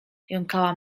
jąkała